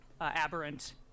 Aberrant